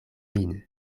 vin